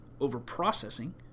overprocessing